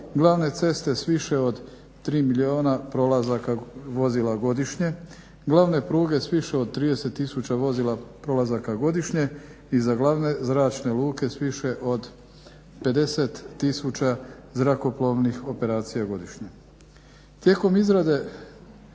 glavne ceste s više od 3 milijuna prolazaka vozila godišnje, glavne pruge s više od 30 000 vozila prolazaka godišnje i za glavne zračne luke s više od 50 000 zrakoplovnih operacija godišnje.